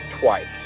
twice